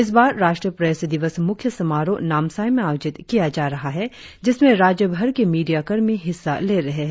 इस बार राष्ट्रीय प्रेस दिवस मुख्य समारोह नामसाई में आयोजित किया जा रहा है जिसमें राज्यभर के मीडिया कर्मी हिस्सा ले रहे है